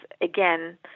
Again